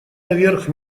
наверх